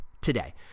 today